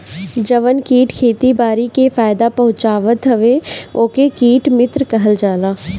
जवन कीट खेती बारी के फायदा पहुँचावत हवे ओके कीट मित्र कहल जाला